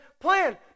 plan